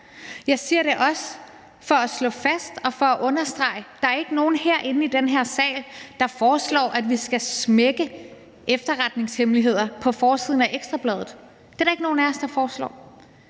Jeg siger det også for at slå fast og for at understrege, at der ikke er nogen herinde i den her sal, der foreslår, at vi skal smække efterretningshemmeligheder på forsiden af Ekstra Bladet. Det er der ikke nogen af os der foreslår;